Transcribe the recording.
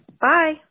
Bye